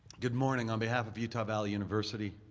good morning on behalf of utah valley university.